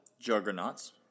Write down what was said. Juggernauts